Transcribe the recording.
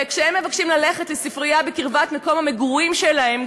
וכשהם מבקשים ללכת לספרייה בקרבת מקום המגורים שלהם,